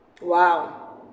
wow